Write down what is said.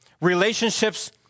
relationships